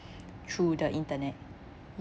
through the internet